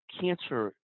cancer